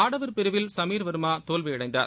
ஆடவர் பிரிவில் சமீர் வர்மா தோல்வியடைந்தார்